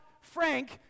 Frank